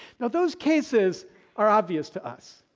now, those cases are obvious to us.